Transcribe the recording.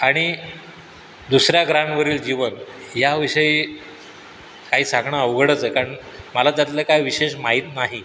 आणि दुसऱ्या ग्रहांवरील जीवन याविषयी काही सांगणं अवघडच आहे कारण मला त्यातलं काय विशेष माहित नाही